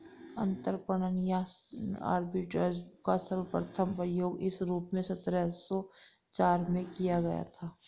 अंतरपणन या आर्बिट्राज का सर्वप्रथम प्रयोग इस रूप में सत्रह सौ चार में किया गया था